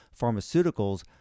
pharmaceuticals